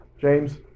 James